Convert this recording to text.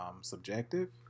subjective